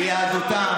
כיהדותם.